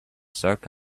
soak